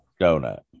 donut